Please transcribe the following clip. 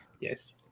Yes